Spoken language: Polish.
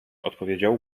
odpowiedział